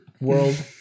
world